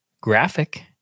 graphic